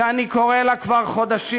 שאני קורא לה כבר חודשים.